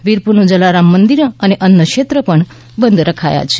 વિરપુરનું જલારામ મંદિર અને અન્નક્ષેત્ર પણ બંધ રખાયા છે